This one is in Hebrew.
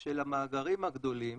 של המאגרים הגדולים